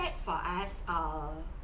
for us err